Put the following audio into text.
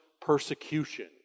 persecution